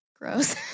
Gross